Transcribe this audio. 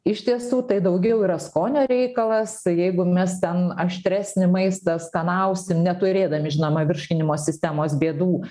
iš tiesų tai daugiau yra skonio reikalas jeigu mes ten aštresnį maistą skanausim neturėdami žinoma virškinimo sistemos bėdų